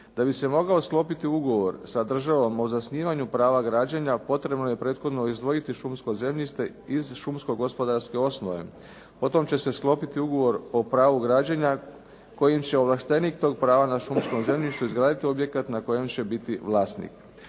Da bi se mogao sklopiti ugovor sa državom o zasnivanju prava građenja potrebno je prethodno izdvojiti šumsko zemljište iz šumsko-gospodarske osnove, potom će se sklopiti ugovor o pravu građenja kojim će ovlaštenik tog prava na šumskom zemljištu izgraditi objekat na kojem će biti vlasnik.